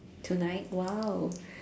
tonight !wow!